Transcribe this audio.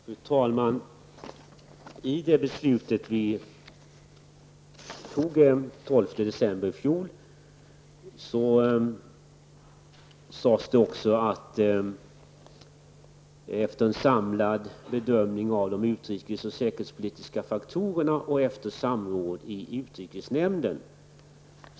Fru talman! I det beslut som fattades den 12 december i fjol angavs att Sverige kan lämna in en medlemskapsansökan när det har gjorts en samlad bedömning av de utrikes och säkerhetspolitiska faktorerna samt efter samråd i utrikesnämnden.